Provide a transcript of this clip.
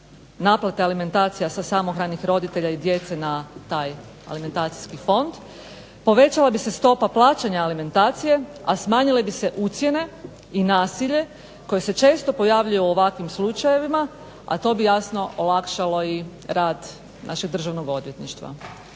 naplate alimentacija sa samohranih roditelja i djece na taj alimentacijski fond, povećala bi se stopa plaćanja alimentacije, a smanjile bi se ucjene i nasilje koje se često pojavljuje u ovakvim slučajevima, a to bi jasno olakšalo i rad našeg državnog odvjetništva.